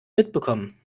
mitbekommen